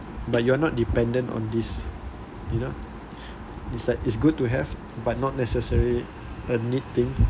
but you're not dependent on this you know is like is good to have but not necessary a need thing